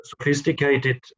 sophisticated